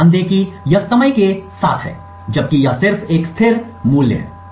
तो ध्यान दें कि यह समय के साथ है जबकि यह सिर्फ एक स्थिर मूल्य है